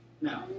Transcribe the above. No